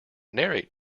narrate